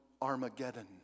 Armageddon